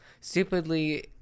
Stupidly